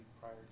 prior